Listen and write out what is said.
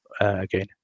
again